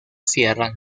sierra